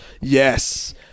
Yes